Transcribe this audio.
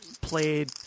played